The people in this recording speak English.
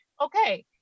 okay